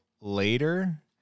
later